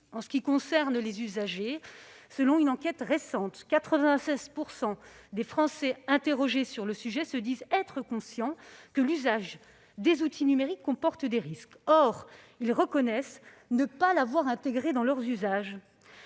En ce qui concerne les usagers, selon une enquête récente, 96 % des Français interrogés sur le sujet se disent conscients que l'usage des outils numériques comporte des risques. Pourtant, ils reconnaissent ne pas avoir intégré ces risques